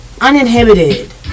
uninhibited